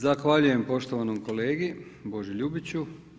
Zahvaljujem poštovanom kolegi Boži Ljubiću.